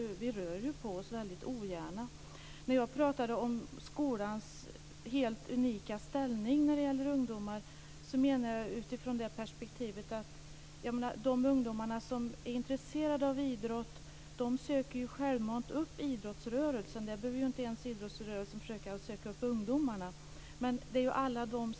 Vi rör väldigt ogärna på oss. Jag talade om skolans helt unika ställning när det gällde ungdomar. De ungdomar som är intresserade av idrott söker sig ju själva till idrottsrörelsen. I de fallen behöver inte ens idrottsrörelsen söka upp ungdomarna.